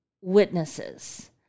witnesses